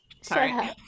Sorry